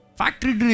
factory